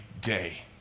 day